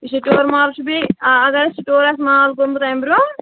مال چھُ بیٚیہِ آ اَگر اَسہِ سٕٹور آسہِ مال کوٚرمُت اَمہِ برونٛہہ